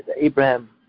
Abraham